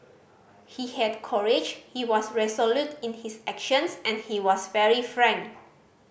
he had courage he was resolute in his actions and he was very frank